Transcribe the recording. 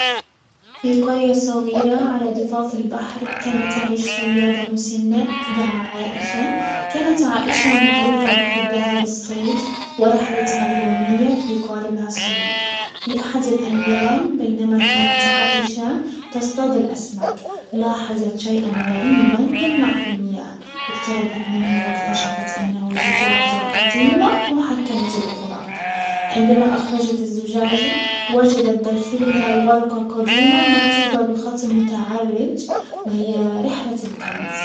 في قرية صغيرة على ضفاف البحر كانت تعيش صيادة مسنة تدعى عائشة. كانت عائشة معروفة بحبها للصيد ورحلتها اليومية في قاربها الصغير. في احد الايام بينما كانت عائشة تصطاد الاسماك لاحزت شيئا غريبا يلمع في المياه، اقتربت منه واكتشفت انه زجاجة قديمة محكمة الاغلاق، عندما اخرجت الزجاجة وجدت داخلها ورقة قديمة مكتوبة بخط متعرج وهي رحلة الكنز.